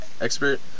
expert